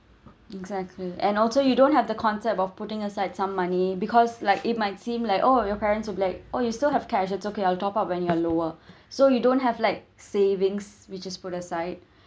exactly and also you don't have the concept of putting aside some money because like it might seem like oh your parents will like oh you still have cash it's okay I'll top up when you are lower so you don't have like savings which is put aside